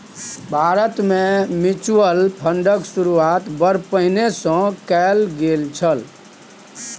भारतमे म्यूचुअल फंडक शुरूआत बड़ पहिने सँ कैल गेल छल